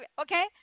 Okay